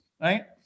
right